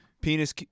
Penis